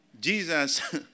Jesus